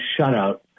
shutout